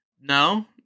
No